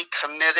committed